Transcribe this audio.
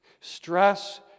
Stress